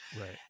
Right